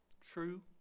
true